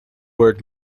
word